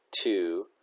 Two